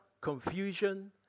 confusion